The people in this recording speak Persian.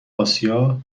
آسیا